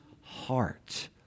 heart